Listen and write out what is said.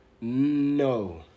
No